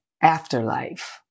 afterlife